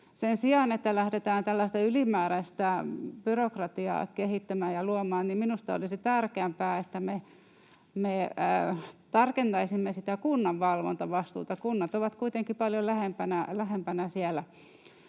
Sen sijaan että lähdetään tällaista ylimääräistä byrokratiaa kehittämään ja luomaan, minusta olisi tärkeämpää, että me tarkentaisimme sitä kunnan valvontavastuuta. Kunnat ovat kuitenkin paljon lähempänä siellä